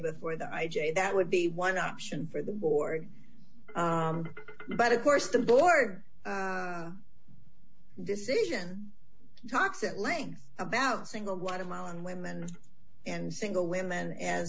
before that i j that would be one option for the board but of course the board decision talks at length about single guatemalan women and single women a